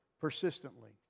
persistently